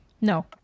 No